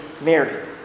Mary